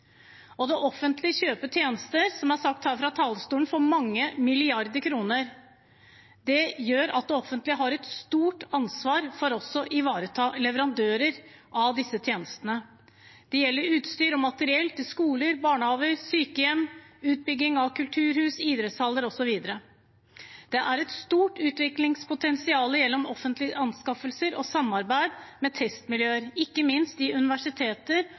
Som det er sagt fra talerstolen, kjøper det offentlige tjenester for mange milliarder kroner. Det gjør at det offentlige har et stort ansvar for å ivareta leverandørene av disse tjenestene. Det gjelder utstyr og materiell til skoler, barnehager og sykehjem og utbygging av kulturhus, idrettshaller osv. Det er et stort utviklingspotensial gjennom offentlige anskaffelser og samarbeid med testmiljøer, i universiteter og i næringslivet, ikke minst,